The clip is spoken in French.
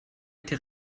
été